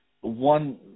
one